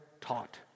taught